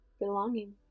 Belonging